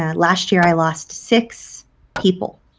ah last year, i lost six people.